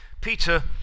Peter